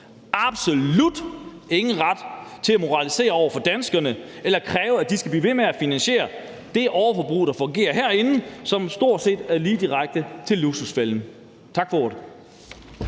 absolut – ingen ret til at moralisere over for danskerne eller kræve, at de skal blive ved med at finansiere det overforbrug, der fungerer herinde, og som stort set er lige direkte til »Luksusfælden«. Tak for ordet.